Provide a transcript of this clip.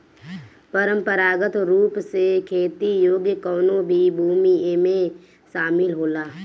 परंपरागत रूप से खेती योग्य कवनो भी भूमि एमे शामिल होला